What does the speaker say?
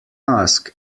ask